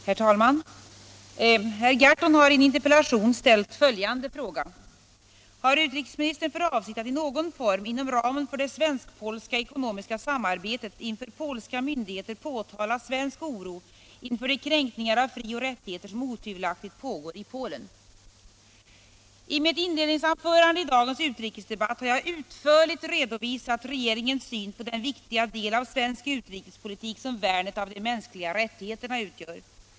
Herr talman! Herr Gahrton har i en interpellation ställt följande fråga: Har utrikesministern för avsikt att i någon form, inom ramen för det svensk-polska ekonomiska samarbetet, inför polska myndigheter påtala svensk oro inför de kränkningar av frioch rättigheter som otvivelaktigt pågår i Polen? I mitt inledningsanförande i dagens utrikesdebatt har jag utförligt redovisat regeringens syn på den viktiga del av svensk utrikespolitik som värnet av de mänskliga rättigheterna utgör.